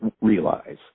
realize